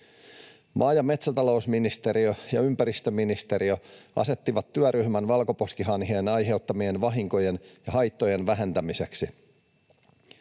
Maa‑ ja metsätalousministeriö ja ympäristöministeriö asettivat työryhmän valkoposkihanhien aiheuttamien vahinkojen ja haittojen vähentämiseksi.